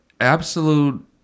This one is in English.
absolute